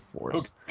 force